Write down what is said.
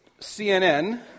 CNN